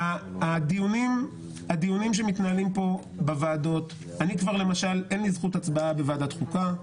הדיונים שמתנהלים פה בוועדות לי למשל אין זכות הצבעה בוועדת חוקה.